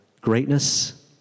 greatness